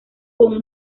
con